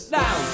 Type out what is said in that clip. now